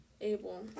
able